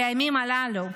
בימים הללו,